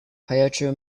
pietro